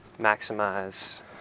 maximize